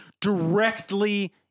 directly